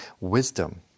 wisdom